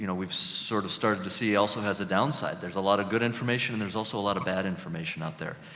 you know we've sort of started to see also, has a downside. there's a lot of good information, and there's also a lot of bad information out there.